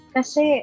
Kasi